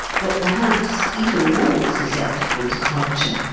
but perhaps even more susceptible to culture.